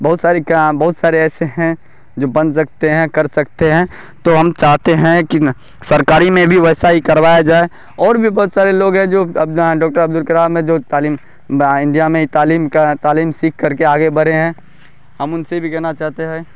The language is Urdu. بہت ساری کام بہت سارے ایسے ہیں جو بن سکتے ہیں کر سکتے ہیں تو ہم چاہتے ہیں کہ سرکاری میں بھی ویسا کروایا جائے اور بھی بہت سارے لوگ ہیں جو ڈاکٹر عبد الکلام ہیں جو تعلیم انڈیا میں تعلیم کا تعلیم سیکھ کر کے آگے بڑھے ہیں ہم ان سے بھی کہنا چاہتے ہیں